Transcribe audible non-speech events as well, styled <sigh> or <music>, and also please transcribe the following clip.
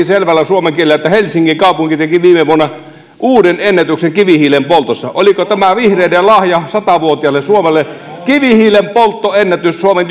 <unintelligible> selvällä suomen kielellä että helsingin kaupunki teki viime vuonna uuden ennätyksen kivihiilen poltossa oliko tämä vihreiden lahja sata vuotiaalle suomelle kivihiilen polttoennätys suomen <unintelligible>